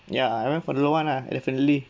ya I went for the low one lah definitely